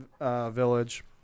village